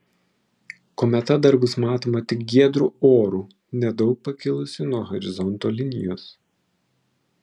kometa dar bus matoma tik giedru oru nedaug pakilusi nuo horizonto linijos